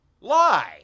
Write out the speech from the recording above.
lie